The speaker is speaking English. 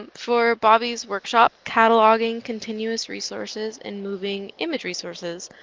for bobby's workshop, cataloging continuous resources and moving image resources.